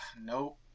nope